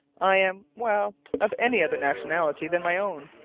i am well, of any other nationality than my own.